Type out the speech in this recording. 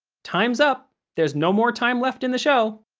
time's up. there's no more time left in the show.